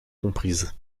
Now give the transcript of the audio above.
comprises